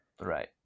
Right